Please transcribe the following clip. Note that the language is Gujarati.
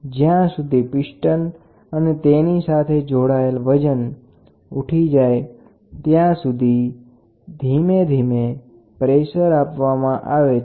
જ્યાં સુધી પિસ્ટન અને તેની સાથે જોડાયેલ વજન ઊઠી જાય ત્યાં સુધી ધીરે ધીરે પ્રેસર આપવામાં આવે છે